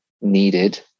needed